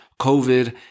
COVID